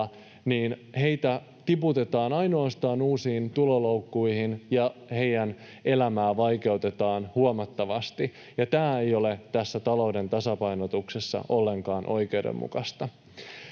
heitä ainoastaan tiputetaan uusiin tuloloukkuihin ja heidän elämäänsä vaikeutetaan huomattavasti, ja tämä ei ole tässä talouden tasapainotuksessa ollenkaan oikeudenmukaista.